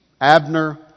abner